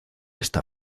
está